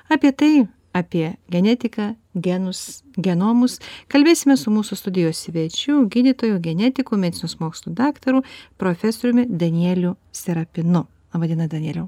apie tai apie genetiką genus genomus kalbėsime su mūsų studijos svečiu gydytoju genetiku medicinos mokslų daktaru profesoriumi danieliu serapinu laba diena danieliau